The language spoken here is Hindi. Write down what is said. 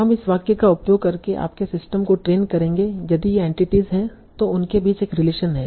हम इस वाक्य का उपयोग करके आपके सिस्टम को ट्रेन करेंगे यदि ये एंटिटीस हैं तो उनके बीच एक रिलेशन है